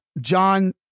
John